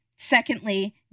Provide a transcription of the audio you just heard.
Secondly